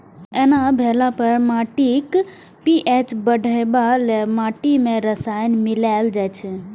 एना भेला पर माटिक पी.एच बढ़ेबा लेल माटि मे रसायन मिलाएल जाइ छै